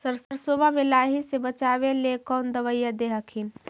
सरसोबा मे लाहि से बाचबे ले कौन दबइया दे हखिन?